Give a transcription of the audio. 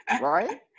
right